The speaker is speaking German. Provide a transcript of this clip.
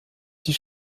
die